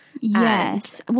Yes